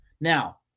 Now